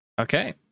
Okay